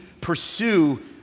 pursue